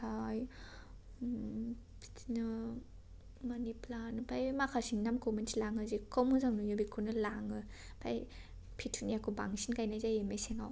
ओमफ्राय बिदिनो मानि प्लान्त ओमफ्राय माखासेनि नामखौ मिनथिला आङो जेखौ मोजां नुयो बेखौनो लाङो ओमफ्राय पेटुनियाखौ बांसिन गायनाय जायो मेसेंआव